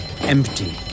empty